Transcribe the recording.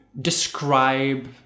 describe